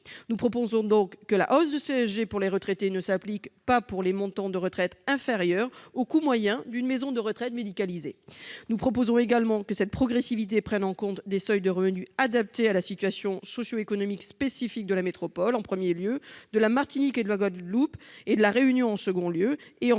Nous proposons que la hausse de CSG pour les retraités ne s'applique pas pour les montants de retraite inférieurs au coût moyen d'une maison de retraite médicalisée. Nous proposons également que cette progressivité prenne en compte des seuils de revenus adaptés à la situation socioéconomique spécifique de la métropole, en premier lieu, de la Martinique, de la Guadeloupe et de la Réunion, en deuxième lieu, de